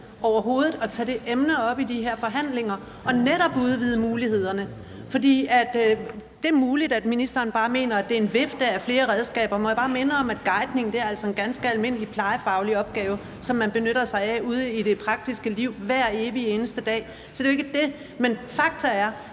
overhovedet at tage det emne op i de her forhandlinger og netop udvide mulighederne. For det muligt, at ministeren bare mener, at det er en vifte af flere redskaber, men må jeg bare minde om, at guidning altså er en ganske almindelig plejefaglig opgave, som man benytter sig af ude i det praktiske liv hver evig eneste dag. Så det er jo ikke det. Men fakta er,